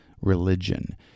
religion